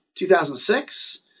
2006